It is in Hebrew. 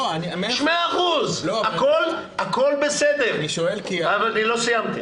מאה אחוז, הכול בסדר, אני עוד לא סיימתי.